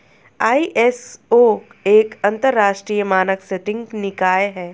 ISO एक अंतरराष्ट्रीय मानक सेटिंग निकाय है